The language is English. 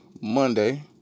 Monday